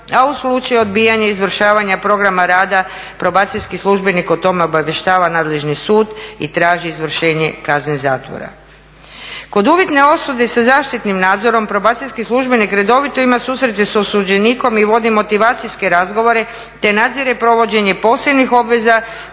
a u slučaju odbijanja izvršavanja programa rada probacijski službenik o tome obavještava nadležni sud i traži izvršenje kazne zatvora. Kod uvjetne osude sa zaštitnim nadzorom probacijski službenik redovito ima susrete s osuđenikom i vodi motivacijske razgovore te nadzire provođenje posebnih obveza